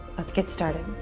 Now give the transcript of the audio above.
let's get started.